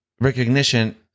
recognition